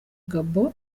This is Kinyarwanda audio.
gabon